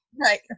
Right